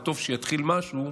וטוב שיתחיל משהו,